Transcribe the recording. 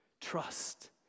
Trust